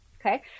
Okay